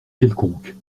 quelconque